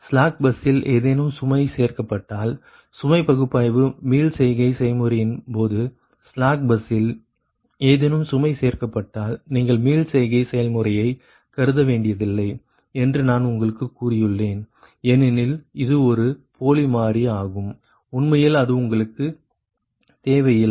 slack பஸ்ஸில் ஏதேனும் சுமை சேர்க்கப்பட்டால் சுமை பாய்வு மீள்செய்கை செயன்முறையின் போது ஸ்லாக் பஸ்ஸில் ஏதேனும் சுமை சேர்க்கப்பட்டால் நீங்கள் மீள்செய்கை செயல்முறையை கருதவேண்டியதில்லை என்று நான் உங்களுக்கு கூறியுள்ளேன் ஏனெனில் இது ஒரு போலி மாறி ஆகும் உண்மையில் அது உங்களுக்கு தேவையில்லை